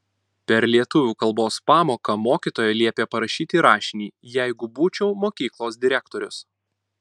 per lietuvių kalbos pamoką mokytoja liepė parašyti rašinį jeigu būčiau mokyklos direktorius